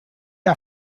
are